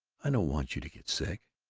i don't want you to get sick.